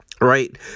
right